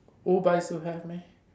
oBike still have meh